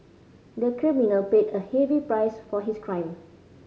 the criminal paid a heavy price for his crime